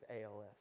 als